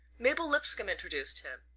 mabel lipscomb introduced him.